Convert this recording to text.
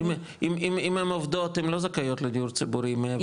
אם הן עובדות הן לא זכאיות לדיור ציבורי מעבר להכנסה מסוימת.